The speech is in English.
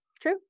True